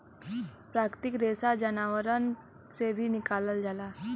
प्राकृतिक रेसा जानवरन से भी निकालल जाला